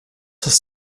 hast